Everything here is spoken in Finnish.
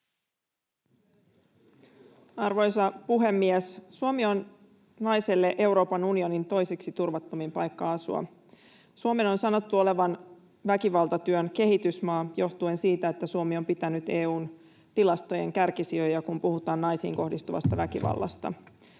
Arvoisa puhemies! Suomi on naiselle Euroopan unionin toiseksi turvattomin paikka asua. Suomen on sanottu olevan väkivaltatyön kehitysmaa johtuen siitä, että Suomi on pitänyt EU:n tilastojen kärkisijoja, kun puhutaan naisiin kohdistuvasta väkivallasta.